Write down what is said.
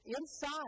inside